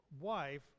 wife